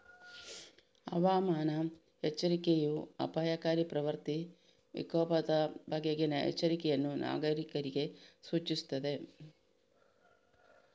ಹವಾಮಾನ ಎಚ್ಚರಿಕೆಯೂ ಅಪಾಯಕಾರಿ ಪ್ರಕೃತಿ ವಿಕೋಪದ ಬಗೆಗಿನ ಎಚ್ಚರಿಕೆಯನ್ನು ನಾಗರೀಕರಿಗೆ ಸೂಚಿಸುತ್ತದೆ